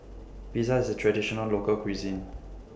Pizza IS A Traditional Local Cuisine